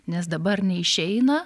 nes dabar neišeina